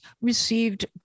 received